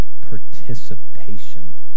participation